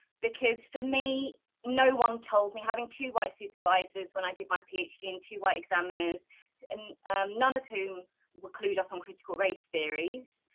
because for me no one told me having two white supervisors when i did my phd in two white examiners and none of whom were clued up on critical race theories.